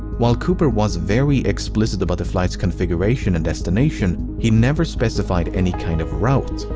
while cooper was very explicit about the flight's configuration and destination, he never specified any kind of route.